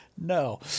No